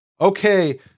okay